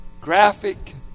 graphic